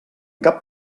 cap